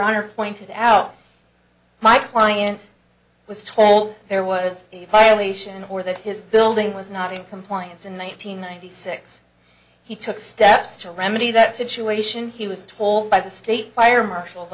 honor pointed out my client was told there was a violation or that his building was not in compliance in one thousand nine hundred six he took steps to remedy that situation he was told by the state fire marshal